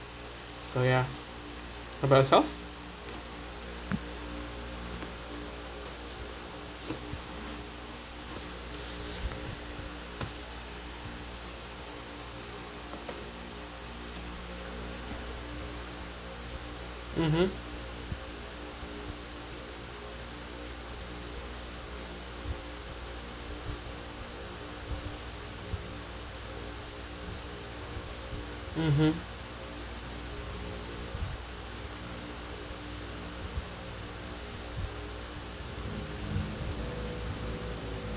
so ya how about yourself mmhmm mmhmm